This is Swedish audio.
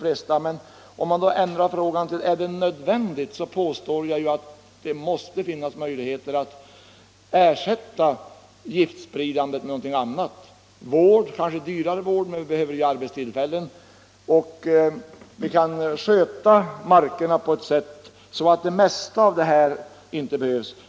Men ändrar man frågan till att gälla om Förbud mot ifall spridningen är nödvändig, så påstår jag att det måste finnas möj = spridning av ligheter att ersätta giftspridningen med någonting annat. Vården av mar = bekämpningsmedel kerna — den blir kanske dyrare — är viktig, vi kan sköta markerna på från luften ett sådant sätt att det mesta av giftspridningen inte behövs.